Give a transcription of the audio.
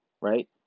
right